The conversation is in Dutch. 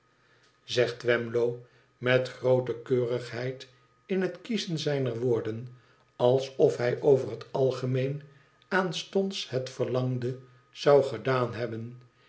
zegt twemlow met groote keurigheid in het kiezen zijner woorden alsof hij over het algemeen aanstonds het verlangde zou gedaan hebben